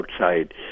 outside